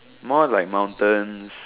more like mountains